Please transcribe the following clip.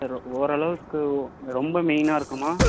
sir ஓரளவுக்கு ரொம்ப மெயினாக இருக்குமா